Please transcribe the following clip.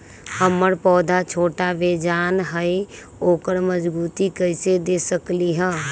हमर पौधा छोटा बेजान हई उकरा मजबूती कैसे दे सकली ह?